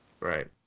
Right